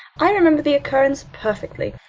i remember the occurrence perfectly.